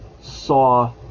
saw